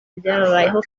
ibyababayeho